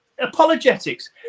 Apologetics